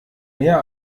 mehr